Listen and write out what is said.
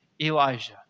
Elijah